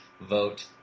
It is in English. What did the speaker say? vote